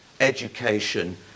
education